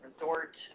resort